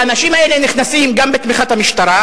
האנשים האלה נכנסים גם בתמיכת המשטרה,